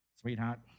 Sweetheart